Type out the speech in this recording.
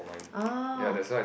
oh